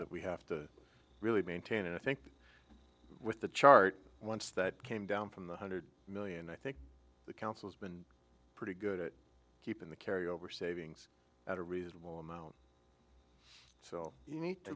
that we have to really maintain and i think with the chart once that came down from the hundred million i think the council's been pretty good at keeping the carry over savings at a reasonable amount so